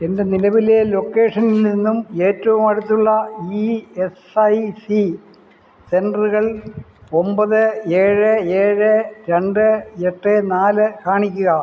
എൻ്റെ നിലവിലെ ലൊക്കേഷനിൽ നിന്നും ഏറ്റവും അടുത്തുള്ള ഇ എസ് ഐ സി സെന്റുകൾ ഒമ്പത് ഏഴ് ഏഴ് രണ്ട് എട്ട് നാല് കാണിക്കുക